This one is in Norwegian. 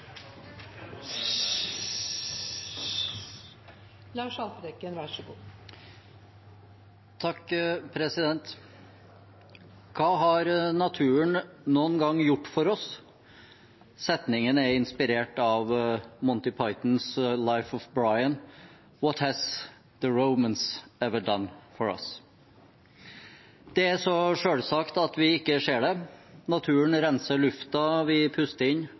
Lars Haltbrekken. Hva har naturen noen gang gjort for oss? Setningen er inspirert av Monty Pythons Life of Brian: «What have the Romans ever done for us?» Det er så selvsagt at vi ikke ser det. Naturen renser lufta vi puster inn,